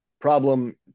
Problem